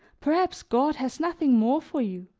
perhaps god has nothing more for you?